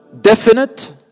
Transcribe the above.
definite